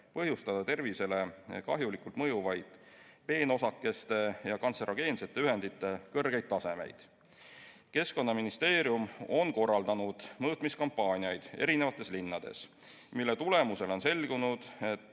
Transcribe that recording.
põhjustada tervisele kahjulikult mõjuvate peenosakeste ja kantserogeensete ühendite kõrget taset. Keskkonnaministeerium on korraldanud mõõtmiskampaaniaid erinevates linnades, mille tulemusel on selgunud,